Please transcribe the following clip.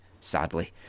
sadly